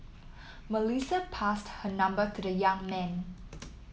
Melissa passed her number to the young man